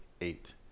eight